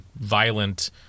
violent